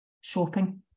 shopping